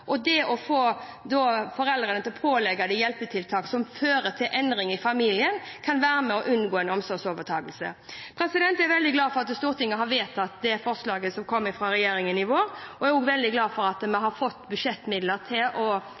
Det å pålegge foreldrene hjelpetiltak som fører til endringer i familien, kan bidra til at man unngår en omsorgsovertakelse. Jeg er veldig glad for at Stortinget har vedtatt forslaget som kom fra regjeringen i vår, og jeg er også veldig glad for at vi har fått budsjettmidler til